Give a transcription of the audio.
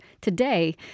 today